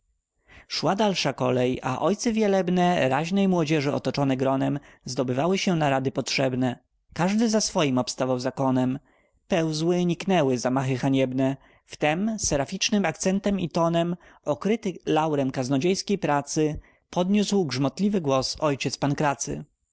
szła dalsza kolej a ojcy wielebne raźnej młodzieży otoczone gronem zdobywały się na rady potrzebne każdy za swoim obstawał zakonem pełzły niknęły zamachy haniebne wtem seraficznym akcentem i tonem okryty laurem kaznodziejskiej pracy podniósł grzmotliwy głos ojciec pankracy